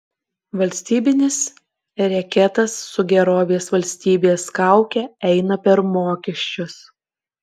valstybinis reketas su gerovės valstybės kauke eina per mokesčius